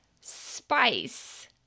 spice